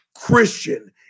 Christian